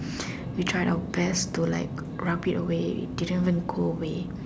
we tried our best to like rub it away didn't even go away